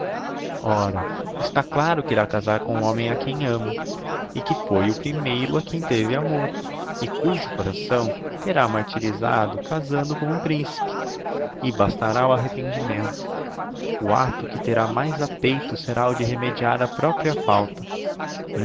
ora está claro que irá casar com o homem a quem ama e que foi o primeiro a quem teve amor e cujo coração terá martirizado casando com o principe e bastará o arrependimento o acto que terá mais a peito será o de remediar a propria falta